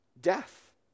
death